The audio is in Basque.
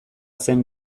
zen